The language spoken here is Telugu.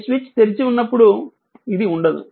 ఈ స్విచ్ తెరిచి ఉన్నప్పుడు ఇది ఉండదు